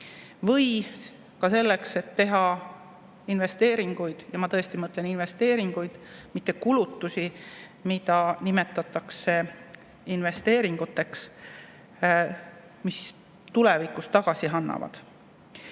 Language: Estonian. ka selleks, et teha investeeringuid – ja ma tõesti mõtlen investeeringuid, mitte kulutusi, mida nimetatakse investeeringuteks –, mis tulevikus end tagasi teenivad.